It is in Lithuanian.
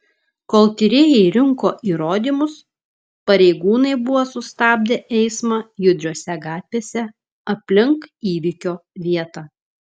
kol tyrėjai rinko įrodymus pareigūnai buvo sustabdę eismą judriose gatvėse aplink įvykio vietą